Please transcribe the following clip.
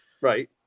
Right